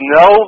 no